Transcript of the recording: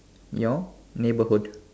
your neighborhood